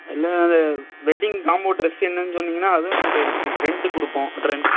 இல்லைன்னா அந்த wedding combo dress என்னன்னு சொன்னிங்கனா அதுவும் எங்கக்கிட்டே இருக்குது ரென்ட்டுக்கு கொடுப்போம்